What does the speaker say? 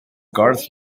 cards